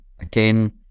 Again